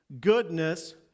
goodness